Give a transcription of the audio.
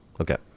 Okay